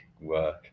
work